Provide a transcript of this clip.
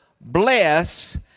Bless